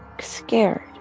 scared